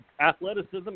athleticism